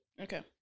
Okay